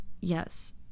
yes